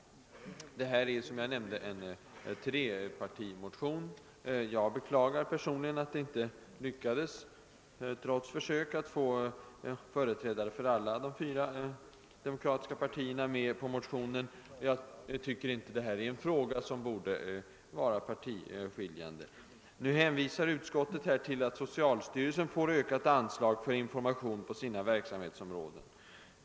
Detta är, som jag nämnde, en trepartimotion. Jag beklagar personligen att vi trots försök inte lyckades få företrädare för alla de fyra demokratiska partierna med på motionen. Nu hänvisar utskottet till att socialstyrelsen får ökat anslag för information på sina verksamhetsområden.